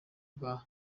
bwa